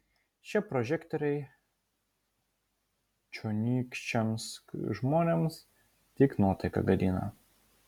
šie prožektoriai čionykščiams žmonėms tik nuotaiką gadina